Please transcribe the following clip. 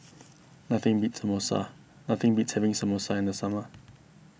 nothing beat Samosa nothing beats having Samosa in the summer